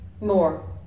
more